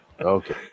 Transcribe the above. Okay